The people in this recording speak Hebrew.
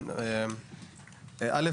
א',